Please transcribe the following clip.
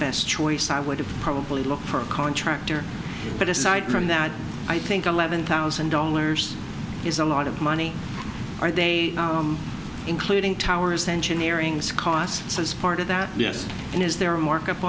best choice i would have probably look for a contractor but aside from that i think unleavened thousand dollars is a lot of money are they including towers engineering's costs as part of that yes and is there a markup